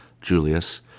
Julius